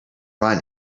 run